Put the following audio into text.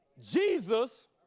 Jesus